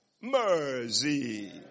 Mercy